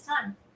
time